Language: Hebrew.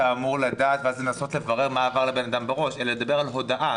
אמור לדעת ואז לנסות לברר מה עבר לבן אדם בראש אלא לדבר על הודעה,